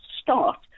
start